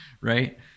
right